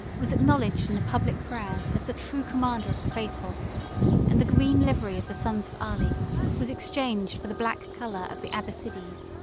was acknowledged in the public prayers as the true commander of the faithful and the green livery of the sons of ali was exchanged for the black color of the abbassides.